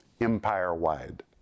empire-wide